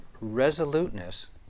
resoluteness